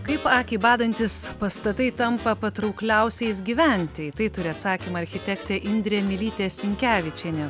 kaip akį badantys pastatai tampa patraukliausiais gyventi tai turi atsakymą architektė indrė mylytė sinkevičienė